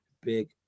Big